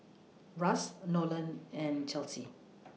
Russ Nolan and Chelsi